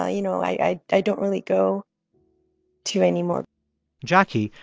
ah you know, i don't really go to anymore jackie,